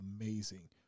amazing